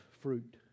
fruit